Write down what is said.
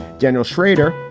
daniel schrader,